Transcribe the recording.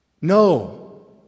No